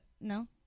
No